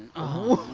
oh